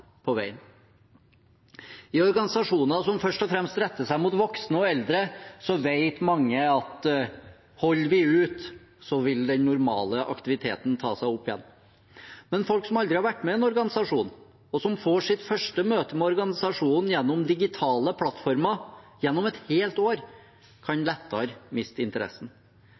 på veien. I organisasjoner som først og fremst retter seg mot voksne og eldre, vet mange at hvis vi holder ut, vil den normale aktiviteten ta seg opp igjen. Men folk som aldri har vært med i en organisasjon, og som får sitt første møte med organisasjonen gjennom digitale plattformer gjennom et helt år, kan lettere miste interessen.